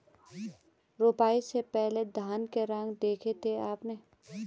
रोपाई से पहले धान के रंग देखे थे आपने?